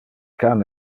can